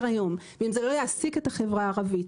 היום ואם זה לא יעסיק את החברה הערבית,